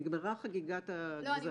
נגמרה חגיגת גזירת השליש.